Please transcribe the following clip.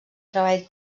treball